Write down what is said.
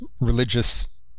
Religious